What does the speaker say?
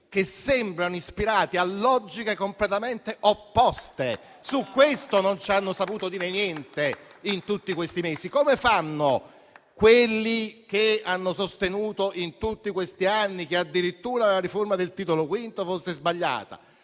che sembrano ispirati a logiche completamente opposte. Su questo non hanno saputo dire niente in tutti questi mesi. Quelli che hanno sostenuto, in tutti questi anni, addirittura che la riforma del Titolo V fosse sbagliata,